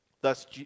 Thus